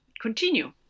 continue